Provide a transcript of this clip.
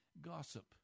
gossip